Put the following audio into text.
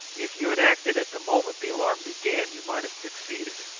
if you had acted at the moment the alarm began you might have succeeded.